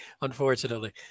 unfortunately